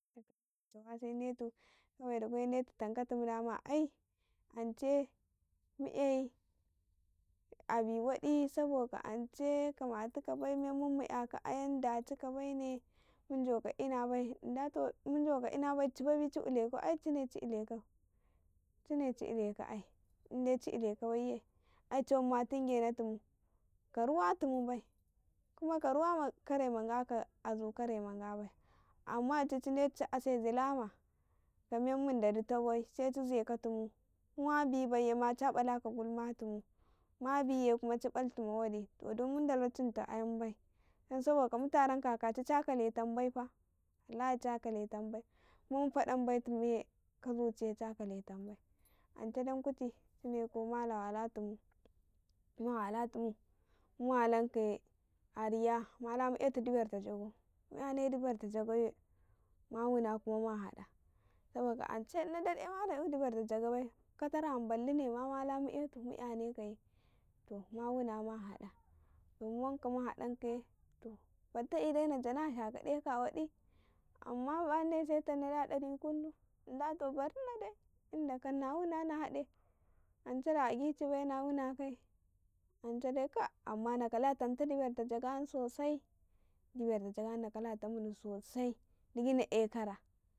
﻿Ta kalaka chawa sendatu kawai dugo he detu tankatun da ance ai mu'yai abi waɗi saboka ance kamatuka bai memmen mu ''yaka ayan dacika baine mu jauka ina bai se inda bai dici bebe ci uleka ai inde ci uleka baiye ai chowan ma tungenatumu ka amumu bai, khma ka amuma kare ma nga azuma bga bai amuna dichi mandi ditabai se ci zeka tumu inma bi bai ye ca ƃalaka chacha tumu, ma biye hma ci balti ma waɗi to dumu mu dala canta ayan bai dan saboka mu tyaranka akaci cha kale tyam bai fa cha kala tam bai hmu fedan baitum ye cha kala tam bai ance dan kuti chine ko mala walatumu, mala walatumu mu walan ka a riga mala mu etu diberta jagau mu ''yane diberta jagaye ma wuna ku ma ma haɗa, saboka ance ina dar ema na ''yu diberta jagabai ka tara ma balline ma mala mu etu, to mawuna ma wuna ma hada muwanka yemuha dankaye to, fatta bi dema na jana shakadeka waɗi amman bahne se tanna da ɗari kunnu, inda to barhna dai inda na wuna na hade, to ance da agichi bai na wuna kaye, ance dai kai amman na kala tanta diber ta jaga sosai diber ta jaga na kala tamni ayan sosai, digina e kara.